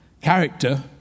Character